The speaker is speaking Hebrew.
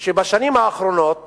לכך שבשנים האחרונות